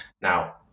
Now